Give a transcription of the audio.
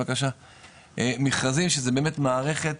מכרזים שזה באמת מערכת,